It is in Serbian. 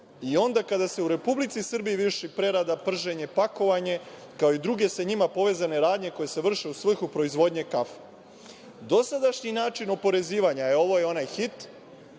i onda kada se u Republici Srbiji vrši prerada, prženje, pakovanje, kao i druge sa njima povezane radnje koje se vrše u svrhu proizvodnje kafe. Dosadašnji način oporezivanja, e, ovo je onaj hit,